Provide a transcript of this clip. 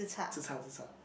tze-char tze-char